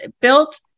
built